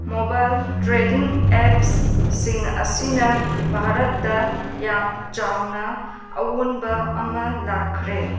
mobile trading ꯑꯦꯞꯁꯁꯤꯡ ꯑꯁꯤꯅ ꯚꯥꯔꯠꯇ ꯌꯥꯝ ꯆꯥꯎꯅ ꯑꯋꯣꯟꯕ ꯑꯃ ꯂꯥꯛꯈ꯭ꯔꯦ